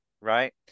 Right